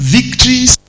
Victories